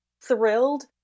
thrilled